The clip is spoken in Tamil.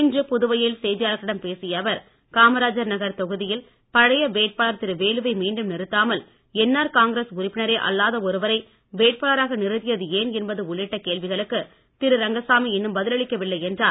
இன்று புதுவையில் செய்தியாளர்களிடம் பேசிய அவர் காமராஜ் நகர் தொகுதியில் பழைய வேட்பாளர் திரு நேருவை மீண்டும் நிறுத்தாமல் என்ஆர் காங்கிரஸ் உறுப்பினரே அல்லாத ஒருவரை வேட்பாளராக நிறுத்தியது ஏன் என்பது உள்ளிட்ட கேள்விகளுக்கு திரு ரங்கசாமி இன்னும் பதில் அளிக்கவில்லை என்றார்